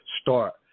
start